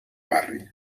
barri